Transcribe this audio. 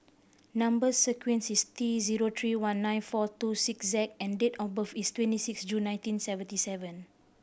number sequence is T zero three one nine four two six Z and date of birth is twenty six June nineteen seventy seven